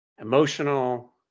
emotional